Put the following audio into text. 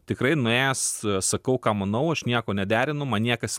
tikrai nuėjęs sakau ką manau aš nieko nederinu man niekas